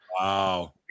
Wow